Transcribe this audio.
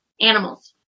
animals